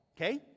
Okay